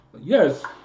yes